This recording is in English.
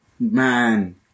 Man